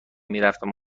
میرفتم